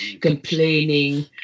complaining